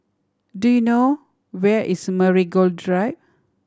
do you know where is Marigold Drive